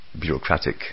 bureaucratic